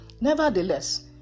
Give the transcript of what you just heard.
Nevertheless